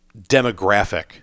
demographic